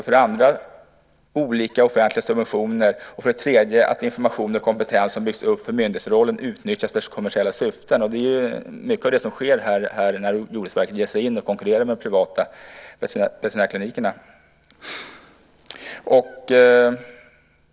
För det andra handlar det om olika offentliga subventioner. För det tredje handlar det om att information om kompetens som har byggts upp för myndighetsrollen utnyttjas för kommersiella syften. Det är mycket av det som sker när Jordbruksverket ger sig in och konkurrerar med de privata veterinärklinikerna.